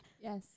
Yes